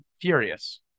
furious